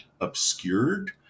obscured